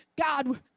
God